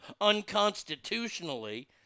unconstitutionally